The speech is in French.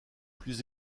plus